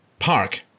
park